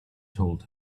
told